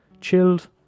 chilled